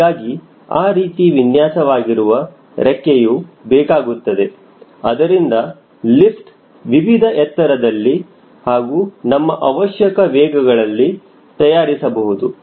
ಹೀಗಾಗಿ ಆ ರೀತಿ ವಿನ್ಯಾಸವಾಗಿರುವ ರೆಕ್ಕೆಯು ಬೇಕಾಗುತ್ತದೆ ಅದರಿಂದ ಲಿಫ್ಟ್ ವಿವಿಧ ಎತ್ತರದಲ್ಲಿ ಹಾಗೂ ನಮ್ಮ ಅವಶ್ಯಕ ವೇಗಗಳಲ್ಲಿ ತಯಾರಿಸಬಹುದು